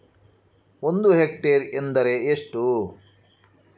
ಒಂದು ಹೆಕ್ಟೇರ್ ಎಂದರೆ ಎಷ್ಟು?